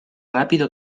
rápido